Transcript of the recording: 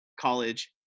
college